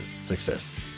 success